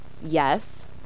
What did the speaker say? Yes